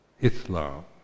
Islam